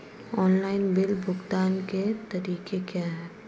Online bill भुगतान के तरीके क्या हैं?